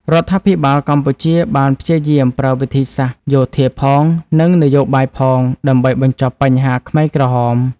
រដ្ឋាភិបាលកម្ពុជាបានព្យាយាមប្រើវិធីសាស្ត្រយោធាផង និងនយោបាយផងដើម្បីបញ្ចប់បញ្ហាខ្មែរក្រហម។